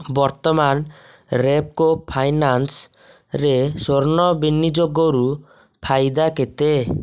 ବର୍ତ୍ତମାନ ରେପ୍କୋ ଫାଇନାନ୍ସ୍ ରେ ସ୍ଵର୍ଣ ବିନିଯୋଗରୁ ଫାଇଦା କେତେ